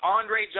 Andre